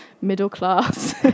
middle-class